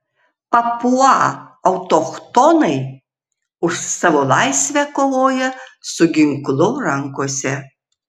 papua autochtonai už savo laisvę kovoja su ginklu rankose